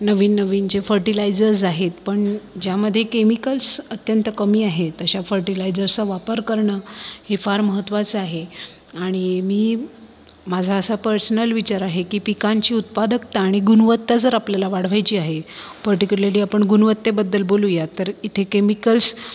नवीन नवीन जे फर्टिलायझर्स आहेत पण ज्यामधे केमिकल्स अत्यंत कमी आहेत अशा फर्टिलायझर्सचा वापर करणं हे फार महत्त्वाचं आहे आणि मी माझा असा पर्सनल विचार आहे की पिकांची उत्पादकता आणि गुणवत्ता जर आपल्याला वाढवायची आहे पर्टिक्युलरली आपण गुणवत्तेबद्दल बोलूया तर इथे केमिकल्स